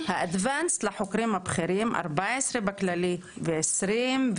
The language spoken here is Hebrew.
והחוקרים הבכירים 14% בכללי ו-20%,